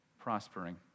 prospering